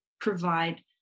provide